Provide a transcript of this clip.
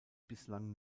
bislang